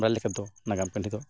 ᱵᱟᱲᱟᱭ ᱞᱮᱠᱟᱫᱚ ᱱᱟᱜᱟᱢ ᱠᱟᱹᱦᱱᱤ ᱫᱚ